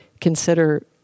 consider